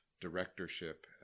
directorship